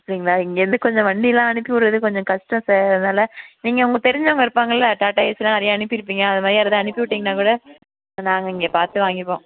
அப்படிங்களா இங்கேயிருந்து கொஞ்சம் வண்டிலாம் அனுப்பிவுடுறது கொஞ்சம் கஷ்டம் சார் அதனால நீங்கள் உங்கள் தெரிஞ்சவங்க இருப்பாங்கள்ல டாடாய்ஸிலான் நிறைய அனுப்பியிருப்பீங்கள் அது மாதிரி யாராவது அனுப்பிவிட்டீங்கனா கூட நாங்கள் இங்கே பார்த்து வாங்கிப்போம்